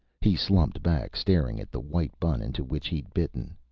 he slumped back, staring at the white bun into which he'd bitten.